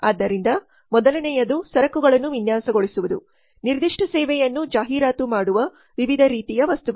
ಆದ್ದರಿಂದ ಮೊದಲನೆಯದು ಸರಕುಗಳನ್ನು ವಿನ್ಯಾಸಗೊಳಿಸುವುದು ನಿರ್ದಿಷ್ಟ ಸೇವೆಯನ್ನು ಜಾಹೀರಾತು ಮಾಡುವ ವಿವಿಧ ರೀತಿಯ ವಸ್ತುಗಳು